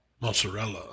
Mozzarella